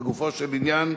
לגופו של עניין,